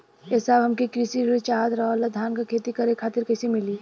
ए साहब हमके कृषि ऋण चाहत रहल ह धान क खेती करे खातिर कईसे मीली?